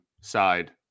side